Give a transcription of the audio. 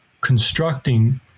constructing